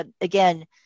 again